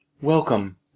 Welcome